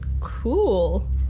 Cool